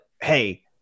hey